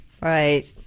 Right